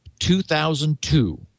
2002